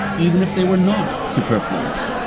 even if they were not superfluous.